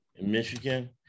michigan